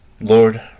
Lord